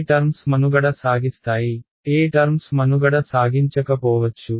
ఏ terms మనుగడ సాగిస్తాయి ఏ టర్మ్స్ మనుగడ సాగించకపోవచ్చు